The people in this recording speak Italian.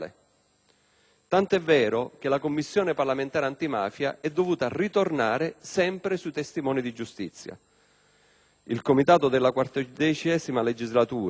tant'è vero che la Commissione parlamentare antimafia è dovuta ritornare sempre sui testimoni di giustizia. L'apposito Comitato della XIV legislatura